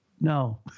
no